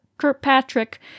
Kirkpatrick